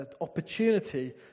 opportunity